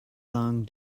long